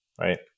right